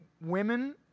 women